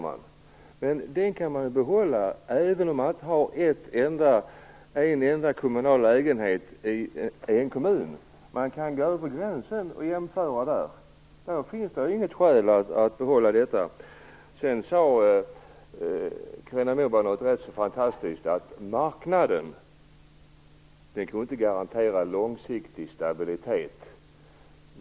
Men det går att göra även om det inte finns en enda kommunal lägenhet i en kommun. Vi kan gå över gränsen och jämföra. Där finns det inget skäl att behålla detta. Carina Moberg sade också något rätt fantastiskt, nämligen att marknaden inte kunde garantera långsiktig stabilitet.